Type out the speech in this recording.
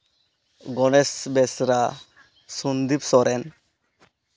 Ganesh Besra Sandeep Soren